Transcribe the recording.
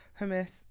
Hummus